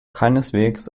keineswegs